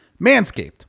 manscaped